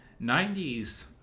90s